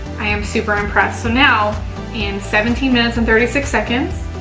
i am super impressed. so now in seventeen minutes and thirty six seconds,